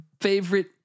favorite